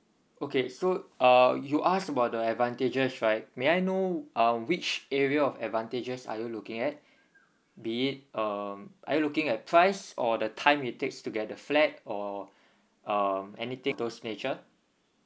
okay so uh you ask about the advantageous right may I know uh which area of advantageous are you looking at be it um are you looking at price or the time it takes to get the flat or um anything those nature